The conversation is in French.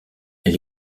elle